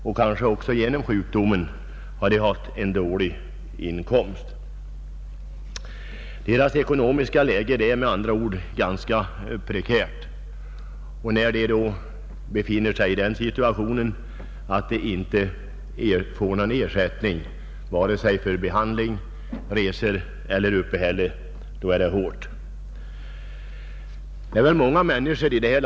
Kanske har de också haft dåliga inkomster på grund av sjukdomen. Deras ekonomiska läge är med andra ord ganska prekärt. Och när de sedan inte får någon ersättning vare sig för behandling, resor eller uppehälle, så blir deras situation mycket svår.